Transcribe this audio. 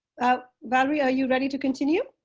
valerie, are you ready to continue?